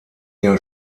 jahr